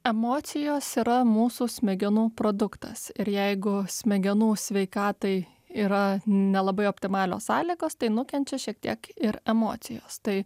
emocijos yra mūsų smegenų produktas ir jeigu smegenų sveikatai yra nelabai optimalios sąlygos tai nukenčia šiek tiek ir emocijos tai